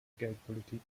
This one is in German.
geldpolitik